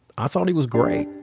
i thought he was great.